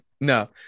No